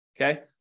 Okay